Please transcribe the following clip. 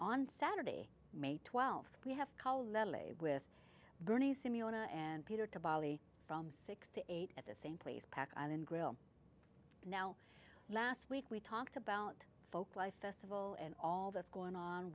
on saturday may twelfth we have with bernie simula and peter to bali from six to eight at the same place pack island grill now last week we talked about folk life festival and all that's going on